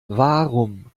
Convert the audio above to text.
warum